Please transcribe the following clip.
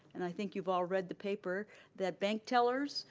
and i think you've all read the paper that bank tellers,